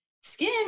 skin